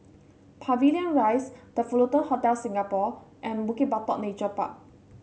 Pavilion Rise The Fullerton Hotel Singapore and Bukit Batok Nature Park